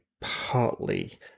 partly